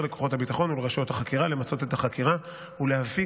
לכוחות הביטחון ולרשויות החקירה למצות את החקירה ולהפיק